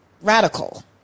radical